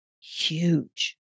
huge